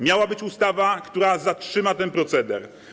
Miała być ustawa, która zatrzyma ten proceder.